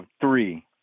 Three